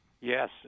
Yes